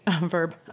verb